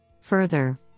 Further